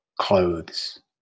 clothes